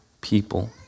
people